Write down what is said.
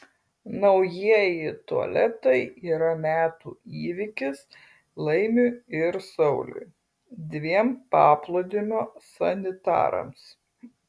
naujieji tualetai yra metų įvykis laimiui ir sauliui dviem paplūdimio sanitarams